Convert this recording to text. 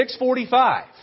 6.45